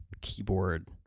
keyboard